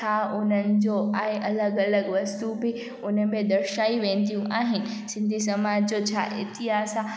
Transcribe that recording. छा उन्हनि जो आहे अलॻि अलॻि वस्तु बि हुन में दर्शाई वेंदियूं आहिनि सिंधी समाज जो छा इतिहासु आहे